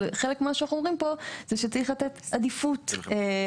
אבל חלק ממה שאנחנו אומרים פה זה שצריך לתת עדיפות למיזמי